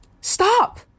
Stop